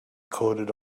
coated